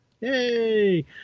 Yay